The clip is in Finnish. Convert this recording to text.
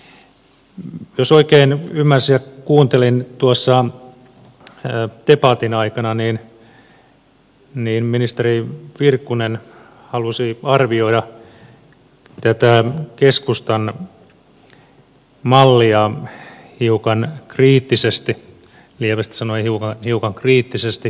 jos oikein ymmärsin kun kuuntelin tuossa debatin aikana niin ministeri virkkunen halusi arvioida tätä keskustan mallia hiukan kriittisesti lievästi sanoen hiukan kriittisesti